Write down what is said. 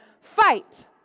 fight